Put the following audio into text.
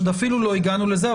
אנחנו אפילו לא הגענו לזה.